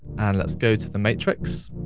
and let's go to the matrix,